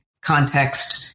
context